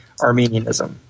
Armenianism